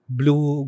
blue